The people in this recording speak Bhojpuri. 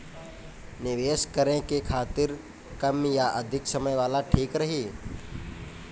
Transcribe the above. निवेश करें के खातिर कम या अधिक समय वाला ठीक रही?